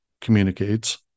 communicates